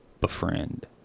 befriend